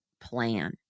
plan